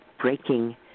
breaking